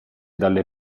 dalle